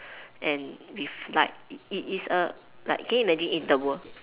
and with light it it is a like can you imagine in the world